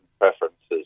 preferences